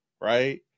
right